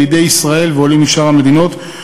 ילידי ישראל ועולים משאר המדינות,